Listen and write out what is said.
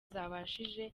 zabashije